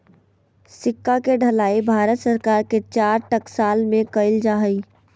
सिक्का के ढलाई भारत सरकार के चार टकसाल में कइल जा हइ